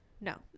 no